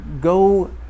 go